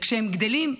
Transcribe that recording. וכשהם גדלים,